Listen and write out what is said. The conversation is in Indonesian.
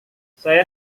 saya